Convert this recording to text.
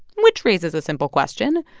which raises a simple question.